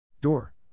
Door